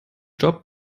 job